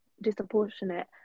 disproportionate